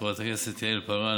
חברת הכנסת יעל פארן,